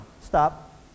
Stop